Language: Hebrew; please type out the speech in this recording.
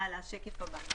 שקף הבא.